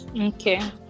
Okay